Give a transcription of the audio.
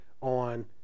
on